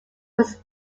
was